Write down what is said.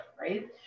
right